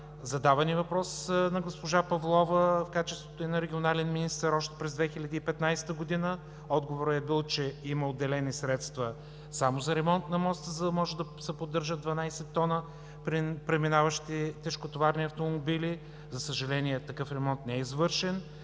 Задаван е въпрос на госпожа Павлова в качеството й на регионален министър още през 2015 г. Отговорът е бил, че има отделени средства само за ремонт на моста, за да може да се поддържат 12 тона при преминаващи тежкотоварни автомобили. За съжаление, такъв ремонт не е извършен.